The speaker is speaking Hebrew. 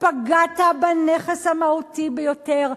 פגעת בנכס המהותי ביותר,